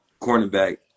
cornerback